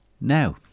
now